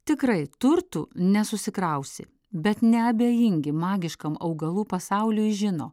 tikrai turtų nesusikrausi bet neabejingi magiškam augalų pasauliui žino